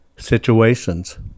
situations